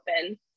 open